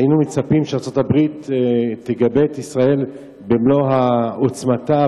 היינו מצפים שארצות-הברית תגבה את ישראל במלוא עוצמתה,